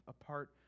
apart